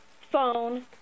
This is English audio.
phone